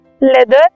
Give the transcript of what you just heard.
leather